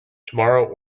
tomorrow